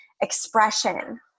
expression